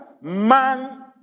man